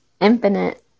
infinite